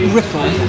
ripple